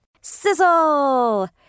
Sizzle